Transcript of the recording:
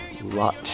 Lot